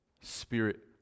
Spirit